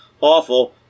awful